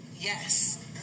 Yes